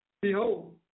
Behold